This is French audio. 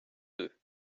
deux